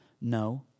no